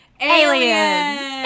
Aliens